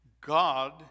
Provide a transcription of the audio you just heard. God